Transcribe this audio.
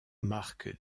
marque